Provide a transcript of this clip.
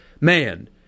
man